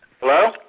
Hello